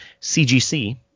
CGC